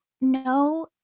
No